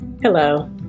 Hello